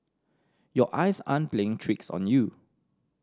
your eyes aren't playing tricks on you